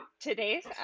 Today's